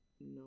no